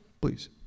please